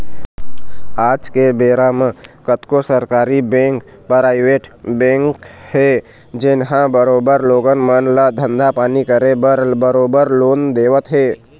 आज के बेरा म कतको सरकारी बेंक, पराइवेट बेंक हे जेनहा बरोबर लोगन मन ल धंधा पानी करे बर बरोबर लोन देवत हे